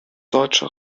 deutsche